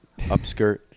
Upskirt